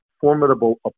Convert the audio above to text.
formidable